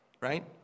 right